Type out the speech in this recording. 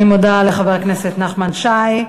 אני מודה לחבר הכנסת נחמן שי.